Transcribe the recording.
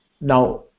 Now